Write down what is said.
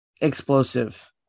explosive